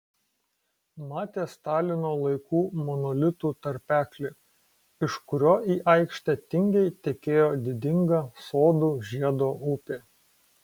matė stalino laikų monolitų tarpeklį iš kurio į aikštę tingiai tekėjo didinga sodų žiedo upė